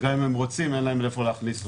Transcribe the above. וגם אם הם רוצים אין להם איפה להכניס אותו,